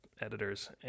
editors